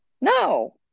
no